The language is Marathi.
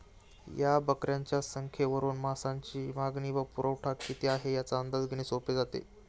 या बकऱ्यांच्या संख्येवरून मांसाची मागणी व पुरवठा किती आहे, याचा अंदाज घेणे सोपे जाते